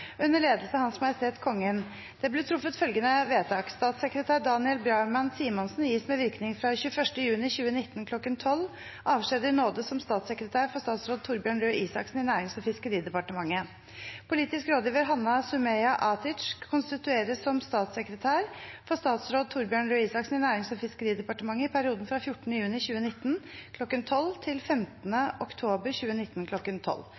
under ledelse av Hans Majestet Kongen. Det ble truffet følgende vedtak: Statssekretær Daniel Bjarmann-Simonsen gis med virkning fra 21. juni 2019 kl. 1200 avskjed i nåde som statssekretær for statsråd Torbjørn Røe Isaksen i Nærings- og fiskeridepartementet. Politisk rådgiver Hannah Sumeja Atic konstitueres som statssekretær for statsråd Torbjørn Røe Isaksen i Nærings- og fiskeridepartementet i perioden fra 14. juni 2019 kl. 1200 til